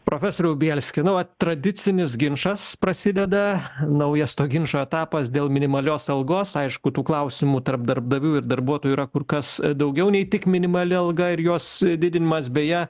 profesoriau bielski nu vat tradicinis ginčas prasideda naujas to ginčo etapas dėl minimalios algos aišku tų klausimų tarp darbdavių ir darbuotojų yra kur kas daugiau nei tik minimali alga ir jos didinimas beje